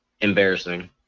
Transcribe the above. embarrassing